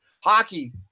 hockey